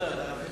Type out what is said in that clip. בקריאה